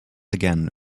again